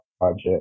project